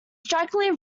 strikingly